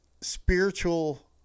spiritual